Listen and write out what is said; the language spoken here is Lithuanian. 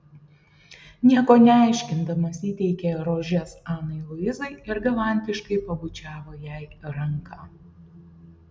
nieko neaiškindamas įteikė rožes anai luizai ir galantiškai pabučiavo jai ranką